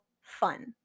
fun